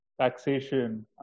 taxation